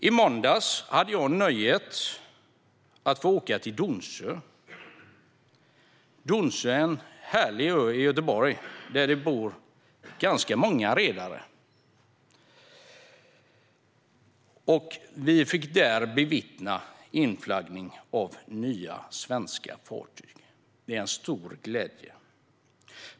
I måndags hade jag nöjet att få åka till Donsö, som är en härlig ö i Göteborg där det bor ganska många redare. Vi fick bevittna inflaggning av nya svenska fartyg - en stor glädje.